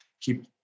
keep